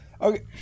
Okay